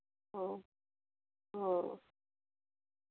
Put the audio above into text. ᱚᱻ ᱚᱻ